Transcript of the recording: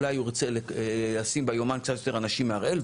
אולי הוא ירצה לשים ביומן קצת יותר אנשים מהראל.